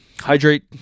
Hydrate